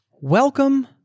welcome